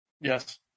Yes